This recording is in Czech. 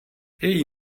její